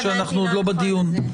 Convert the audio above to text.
כשאנחנו עוד לא בדיון.